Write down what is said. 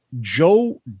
Joe